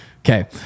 Okay